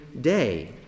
day